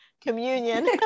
communion